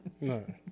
No